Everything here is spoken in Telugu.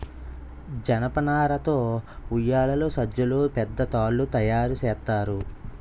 జనపనార తో ఉయ్యేలలు సజ్జలు పెద్ద తాళ్లు తయేరు సేత్తారు